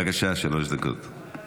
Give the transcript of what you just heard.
בבקשה, שלוש דקות.